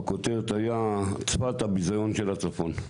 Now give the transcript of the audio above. הכותרת הייתה צפת הביזיון של הצפון.